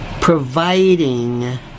providing